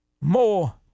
more